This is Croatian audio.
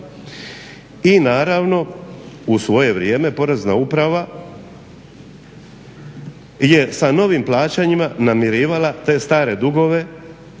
i naravno u svoje vrijeme Porezna uprava je sa novim plaćanjima namirivala te stare dugove,